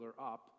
up